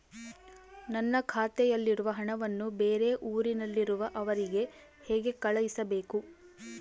ನನ್ನ ಖಾತೆಯಲ್ಲಿರುವ ಹಣವನ್ನು ಬೇರೆ ಊರಿನಲ್ಲಿರುವ ಅವರಿಗೆ ಹೇಗೆ ಕಳಿಸಬೇಕು?